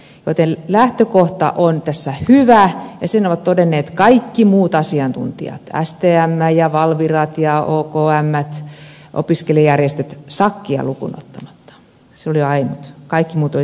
näin ollen lähtökohta on tässä hyvä ja sen ovat todenneet kaikki muut asiantuntijat stm valvira okm ja opiskelijajärjestöt sakkia lukuun ottamatta sakki oli ainut kaikki muut olivat toista mieltä